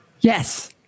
Yes